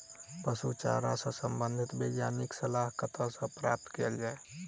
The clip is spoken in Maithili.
पशु चारा सऽ संबंधित वैज्ञानिक सलाह कतह सऽ प्राप्त कैल जाय?